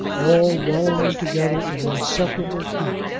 all wallowing together in an inseparable heap,